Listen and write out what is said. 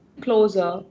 closer